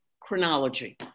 chronology